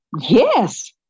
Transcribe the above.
yes